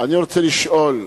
אני רוצה לשאול: